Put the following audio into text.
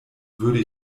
würde